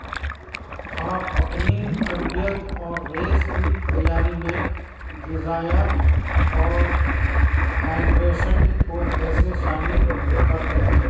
آپ اپنی تربیت اور ریس کی تیاری میں جزیات اور ہائڈریشن کو کیسے شامل کرتے ہیں